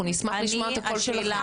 אנחנו נשמח לשמוע את הקול שלכם.